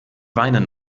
weinen